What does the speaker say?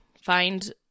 find